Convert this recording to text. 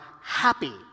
happy